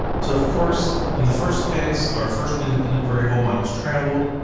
so of course, in the first case, our first independent variable, miles traveled,